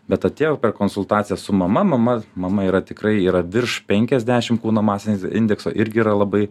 bet atėjo per konsultacijas su mama mama mama yra tikrai yra virš penkiasdešim kūno masės indekso irgi yra labai